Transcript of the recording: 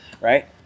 right